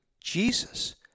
Jesus